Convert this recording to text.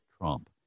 Trump